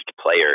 player